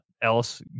Else